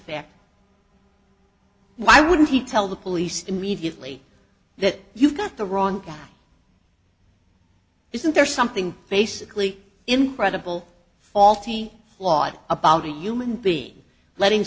fact why wouldn't he tell the police immediately that you've got the wrong isn't there something basically incredible faulty flawed about a human being letting